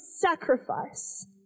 sacrifice